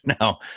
Now